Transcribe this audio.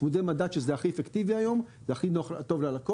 צמודי מדד שזה הכי אפקטיבי היום והכי טוב ללקוח.